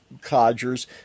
codgers